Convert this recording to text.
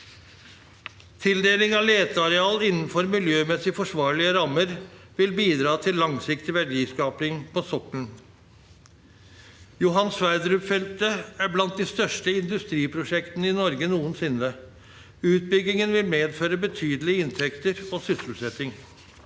Tildeling av leteareal, innenfor miljømessig forsvarlige rammer, vil bidra til langsiktig verdiskaping på sokkelen. Johan Sverdrup-feltet er blant de største industriprosjektene i Norge noensinne. Utbyggingen vil medføre betydelige inntekter og sysselsetting.